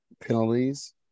penalties